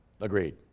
Agreed